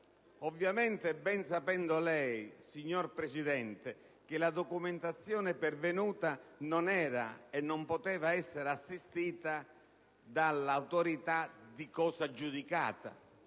ovviamente ben sapendo lei, signor Presidente, che la documentazione pervenuta non era e non poteva essere assistita dall'autorità di cosa giudicata,